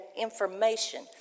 information